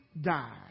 die